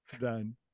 Done